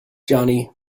johnny